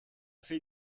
fait